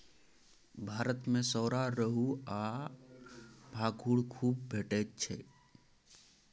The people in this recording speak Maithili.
भारत मे सौरा, रोहू आ भाखुड़ खुब भेटैत छै